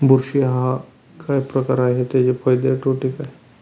बुरशी हा काय प्रकार आहे, त्याचे फायदे तोटे काय?